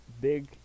big